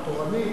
התורנית,